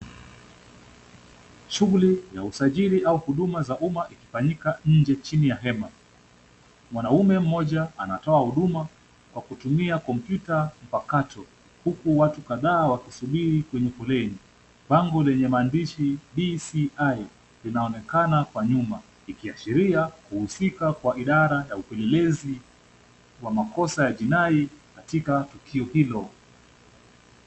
Shughuli ya usajili au huduma za umma ikifanyika nje chini ya hema. Mwanamume mmoja anatoa huduma kwa kutumia kompyuta mpakato. Huku watu kadhaa wakisubiri kwenye foleni. Bango lenye maandishi BCI inaonekana kwa nyuma, likiashiria wahusika wa idara ya upelelezi wa makosa ya jinai katika tukio hilo.